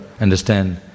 understand